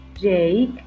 Jake